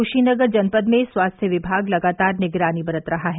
क्शीनगर जनपद में स्वास्थ्य विभाग लगातार निगरानी बरत रहा है